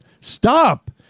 Stop